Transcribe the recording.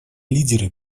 лидеры